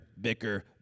bicker